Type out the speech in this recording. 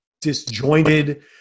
disjointed